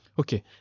Okay